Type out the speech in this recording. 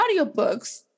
audiobooks